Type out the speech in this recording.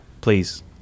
please